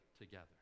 together